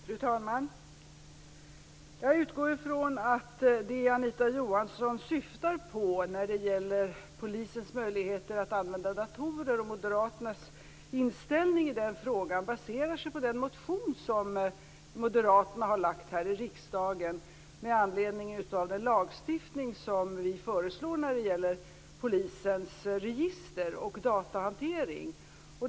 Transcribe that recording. Fru talman! Jag utgår ifrån att det Anita Johansson syftar på när det gäller polisens möjligheter att använda datorer och Moderaternas inställning i den frågan baserar sig på den motion som Moderaterna har lagt här i riksdagen med anledning av den lagstiftning som vi föreslår när det gäller polisens register och datahantering.